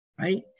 right